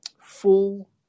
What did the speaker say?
full